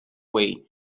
way